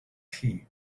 tea